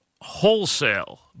wholesale